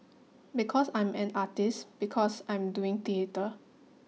because I'm an artist because I'm doing theatre